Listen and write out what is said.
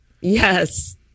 Yes